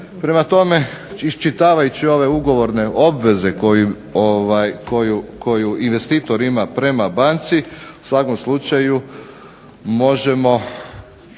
Prema tome, iščitavajući ove ugovorne obveze koju investitor ima prema banci. U svakom slučaju možemo